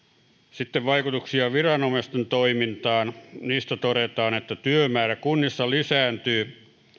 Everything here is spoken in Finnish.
sitten vaikutuksista viranomaisten toimintaan niistä todetaan että työmäärä kunnissa lisääntyy